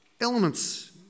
elements